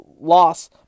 loss